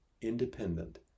independent